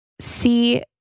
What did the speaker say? C-